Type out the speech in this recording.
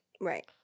Right